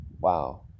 wow